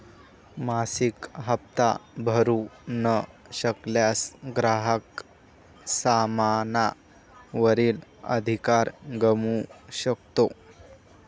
मासिक हप्ता भरू न शकल्यास, ग्राहक सामाना वरील अधिकार गमावू शकतो